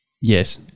Yes